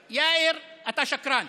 יאיר, אתה שקרן,